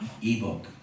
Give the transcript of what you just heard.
E-book